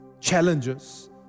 challenges